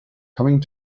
coming